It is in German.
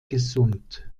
gesund